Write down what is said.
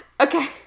Okay